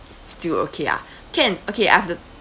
still okay ah can okay I've note